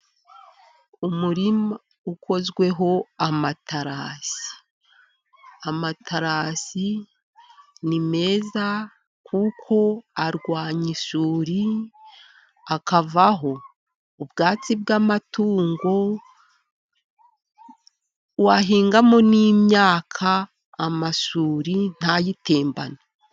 Umurima ukozweho amatarasi, amatarasi ni meza kuko arwanya isuri, akavaho ubwatsi bw'amatungo ,wahingamo n'imyaka amasuri ntayitembane.